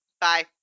Bye